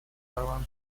правам